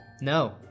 No